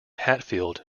hatfield